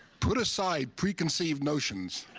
put aside preconceived notions,